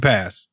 Pass